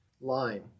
line